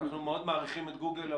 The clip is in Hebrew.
אנחנו מאוד מעריכים את גוגל,